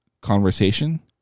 conversation